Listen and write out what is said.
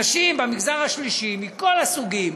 אנשים מהמגזר השלישי, מכל הסוגים,